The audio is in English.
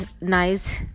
nice